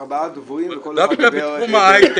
באמת ארבעה דוברים וכל אחד דיבר --- דווקא בתחום ההייטק,